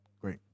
Great